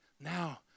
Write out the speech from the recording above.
Now